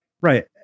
right